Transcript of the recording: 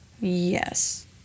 yes